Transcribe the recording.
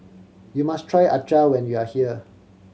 you must try acar when you are here